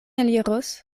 eliros